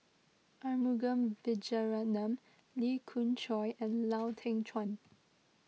Arumugam Vijiaratnam Lee Khoon Choy and Lau Teng Chuan